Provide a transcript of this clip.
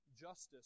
justice